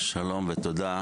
שלום ותודה רבה.